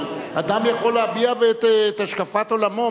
אבל אדם יכול להביע את השקפת עולמו.